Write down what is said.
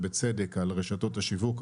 שאלת ובצדק על רשתות השיווק,